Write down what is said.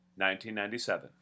1997